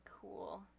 cool